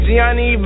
Gianni